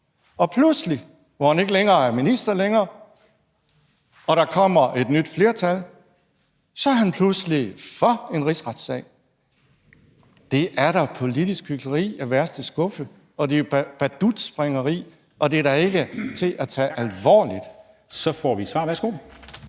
og hvor han ikke længere er minister og der kommer et nyt flertal, så er han pludselig for en rigsretssag. Det er da politisk hykleri af værste skuffe, det er jo badutspringeri, og det er da ikke til at tage alvorligt. Kl. 13:53